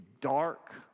dark